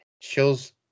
shows